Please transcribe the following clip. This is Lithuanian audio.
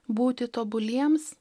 būti tobuliems